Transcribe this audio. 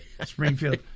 Springfield